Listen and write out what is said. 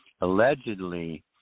allegedly